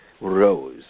rose